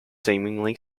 seemingly